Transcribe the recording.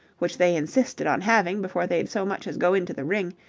which they insisted on having before they'd so much as go into the ring,